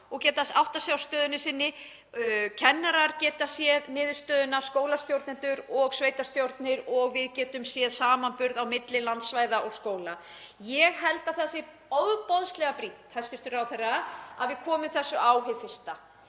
til að átta sig á stöðu sinni, kennarar geta séð niðurstöðuna, skólastjórnendur og sveitarstjórnir og við getum séð samanburð á milli landsvæða og skóla. Ég held að það sé ofboðslega brýnt, hæstv. ráðherra, að við komum þessu á hið fyrsta.